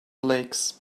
lakes